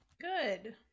Good